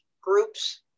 groups